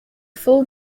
full